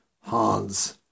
Hans